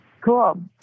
cool